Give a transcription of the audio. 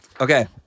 Okay